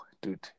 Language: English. dude